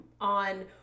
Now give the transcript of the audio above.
on